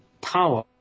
power